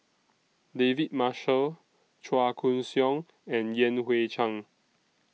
David Marshall Chua Koon Siong and Yan Hui Chang